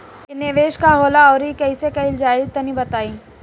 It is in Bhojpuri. इ निवेस का होला अउर कइसे कइल जाई तनि बताईं?